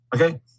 Okay